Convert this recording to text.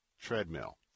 treadmill